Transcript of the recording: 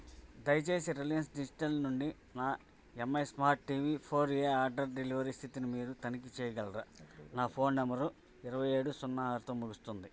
దయచేసి Reliance Digital నుండి నా Mi smart TV four A order delivery స్థితిని మీరు తనిఖీ చేయగలరా నా ఫోన్ నంబర్ ఇరవై ఏడు సున్న ఆరుతో ముగుస్తుంది